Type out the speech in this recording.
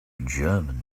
german